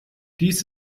dies